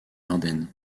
ardennes